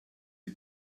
die